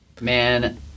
Man